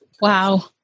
Wow